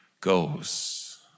goes